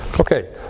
Okay